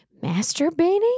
masturbating